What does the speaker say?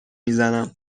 میزنم